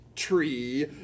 Tree